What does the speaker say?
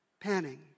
Panning